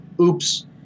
oops